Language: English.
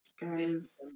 Guys